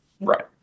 Right